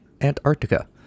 Antarctica